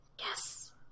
Yes